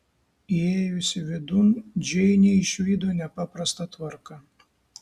įėjusi vidun džeinė išvydo nepaprastą tvarką